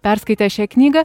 perskaitę šią knygą